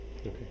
Okay